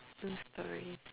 no stories